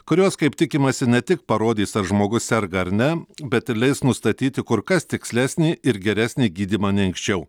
kurios kaip tikimasi ne tik parodys ar žmogus serga ar ne bet ir leis nustatyti kur kas tikslesnį ir geresnį gydymą nei anksčiau